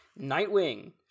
nightwing